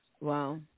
Wow